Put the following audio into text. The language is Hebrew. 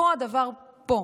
אותו הדבר פה.